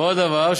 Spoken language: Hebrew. ועוד דבר,